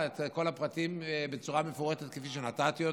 לקבל את כל הפרטים בצורה מפורטת כפי שנתתי,